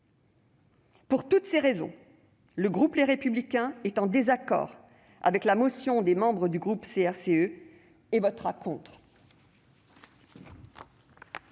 Pour toutes ces raisons, le groupe Les Républicains est en désaccord avec la motion des membres du groupe CRCE, et votera contre.